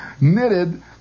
knitted